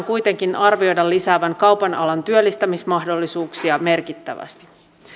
kuitenkin arvioida lisäävän kaupan alan työllistämismahdollisuuksia merkittävästi